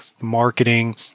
marketing